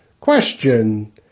Question